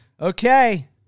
Okay